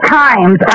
times